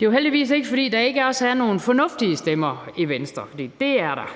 Det er heldigvis ikke sådan, at der ikke også er nogle fornuftige stemmer i Venstre, for det er der.